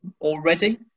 already